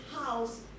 house